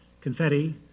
confetti